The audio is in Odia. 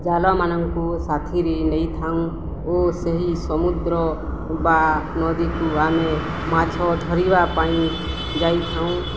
ଜାଲମାନଙ୍କୁ ସାଥିରେ ନେଇଥାଉଁ ଓ ସେହି ସମୁଦ୍ର ବା ନଦୀକୁ ଆମେ ମାଛ ଧରିବା ପାଇଁ ଯାଇଥାଉଁ